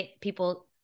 people